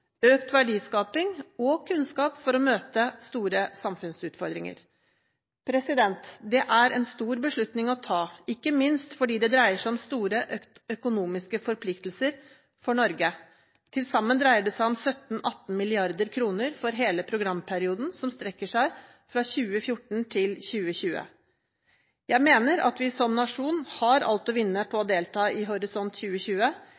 økt verdiskaping og kunnskap for å møte store samfunnsutfordringer. Dette er en stor beslutning å ta, ikke minst fordi det dreier seg om store økonomiske forpliktelser for Norge. Til sammen dreier det seg om 17–18 mrd. kr for hele programperioden, som strekker seg fra 2014 til 2020. Jeg mener at vi som nasjon har alt å vinne på å delta i Horisont 2020: